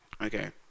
Okay